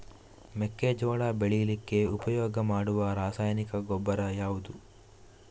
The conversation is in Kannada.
ಮೆಕ್ಕೆಜೋಳ ಬೆಳೀಲಿಕ್ಕೆ ಉಪಯೋಗ ಮಾಡುವ ರಾಸಾಯನಿಕ ಗೊಬ್ಬರ ಯಾವುದು?